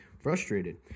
frustrated